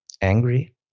angry